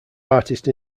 artist